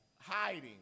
hiding